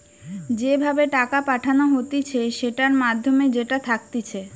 যে ভাবে টাকা পাঠানো হতিছে সেটার মাধ্যম যেটা থাকতিছে